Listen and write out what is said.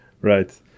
Right